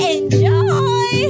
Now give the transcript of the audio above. Enjoy